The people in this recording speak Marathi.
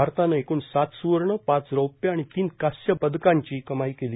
भारतानं एकूण सात सुवर्ण पाच रौप्य आणि तीन कांस्य परकांची कमाई केली